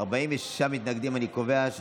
לא נתקבלה.